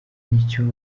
n’icyo